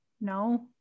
no